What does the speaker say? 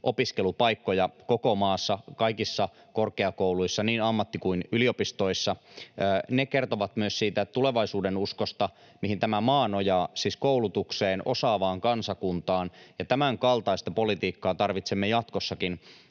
opiskelupaikkoja koko maassa kaikissa korkeakouluissa, niin ammatti- kuin yliopistoissa — kertovat myös siitä tulevaisuudenuskosta, mihin tämä maa nojaa, siis koulutukseen, osaavaan kansakuntaan. Tämänkaltaista politiikkaa tarvitsemme jatkossakin,